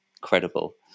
credible